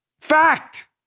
fact